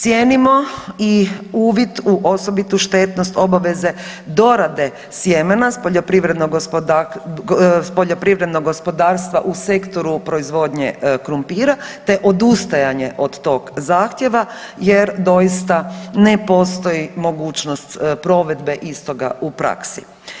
Cijenimo i uvid u osobitu štetnost obaveze dorade sjemena s poljoprivrednog gospodarstva u sektoru proizvodnje krumpira te odustajanje od tog zahtjeva jer doista ne postoji mogućnost provedbe istoga u praksi.